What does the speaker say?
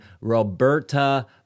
Roberta